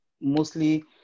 mostly